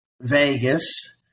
Vegas